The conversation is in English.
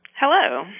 Hello